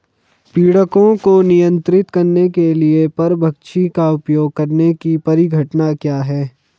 पीड़कों को नियंत्रित करने के लिए परभक्षी का उपयोग करने की परिघटना क्या है?